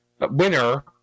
winner